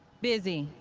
busy.